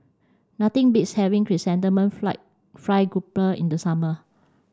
nothing beats having Chrysanthemum Fried Fried Grouper in the summer